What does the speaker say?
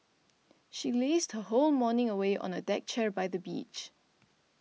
she lazed her whole morning away on a deck chair by the beach